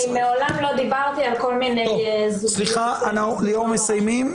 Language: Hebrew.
אנחנו מסיימים.